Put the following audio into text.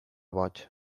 boig